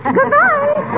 Goodbye